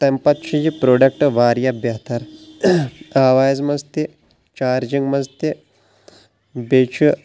تٔمہِ پتہٕ چُھ یہِ پروڈکٹ واریاہ بہتر آوازِ منٛز تہِ چارجِنگ منٛز تہِ بیٚیہِ چھُ